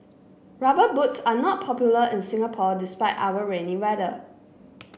rubber boots are not popular in Singapore despite our rainy weather